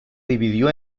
dividió